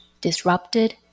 disrupted